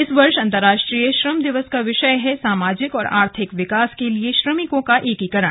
इस वर्ष अंतर्राष्ट्रीय श्रम दिवस का विषय है सामाजिक और आर्थिक विकास के लिए श्रमिकों का एकीकरण